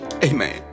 Amen